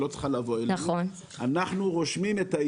אנחנו רושמים את הילד